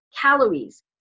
calories